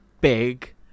big